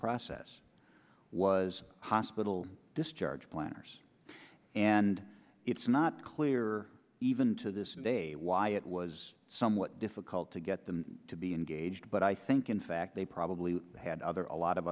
process was hospital discharge planners and it's not clear even to this day why it was somewhat difficult to get them to be engaged but i think in fact they probably had other a lot of